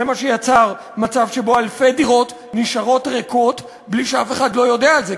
זה מה שיצר מצב שבו אלפי דירות נשארות ריקות בלי שאף אחד יודע על זה,